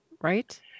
right